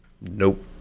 Nope